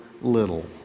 little